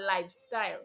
lifestyle